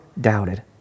doubted